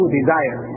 desire